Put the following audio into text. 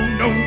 no